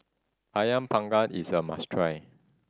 Ayam Panggang is a must try